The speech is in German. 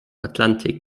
atlantik